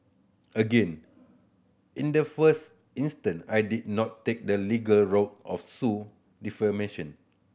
again in the first instance I did not take the legal route or sue defamation